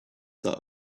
that